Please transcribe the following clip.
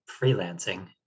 freelancing